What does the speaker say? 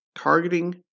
targeting